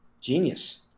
Genius